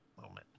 moment